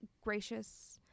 gracious